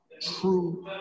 true